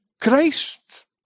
Christ